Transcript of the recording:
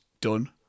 done